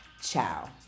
ciao